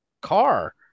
car